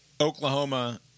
Oklahoma